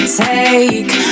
take